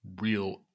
real